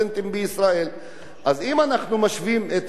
אם אנחנו משווים את הדברים האלה,